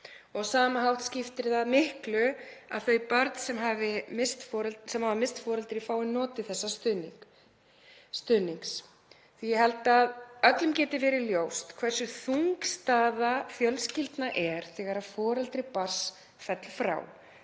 á sama hátt skiptir miklu að þau börn sem hafa misst foreldri fái notið þessa stuðnings, því ég held að öllum geti verið ljóst hversu þung staða fjölskyldna er þegar foreldri barns fellur frá.